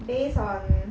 based on